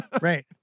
Right